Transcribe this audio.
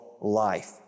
life